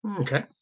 Okay